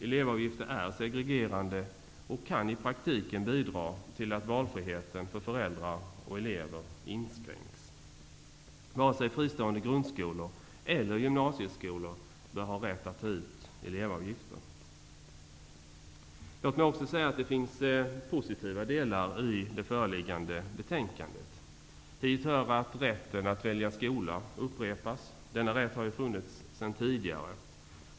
Elevavgifter är segregerande och kan i praktiken bidra till att valfriheten för föräldrar och elever inskränks. Inte vare sig fristående grundskolor eller gymnasieskolor bör ha rätt att ta ut elevavgifter. Låt mig också säga att det finns positiva delar i det föreliggande betänkandet. Hit hör att rätten att välja skola upprepas. Denna rätt har ju funnits sedan tidigare.